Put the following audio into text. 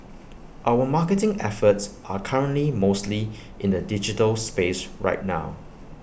our marketing efforts are currently mostly in the digital space right now